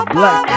Black